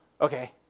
Okay